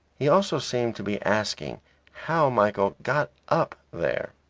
he also seemed to be asking how michael got up there.